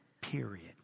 Period